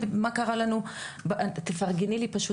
תראי,